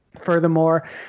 Furthermore